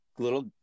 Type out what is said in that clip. little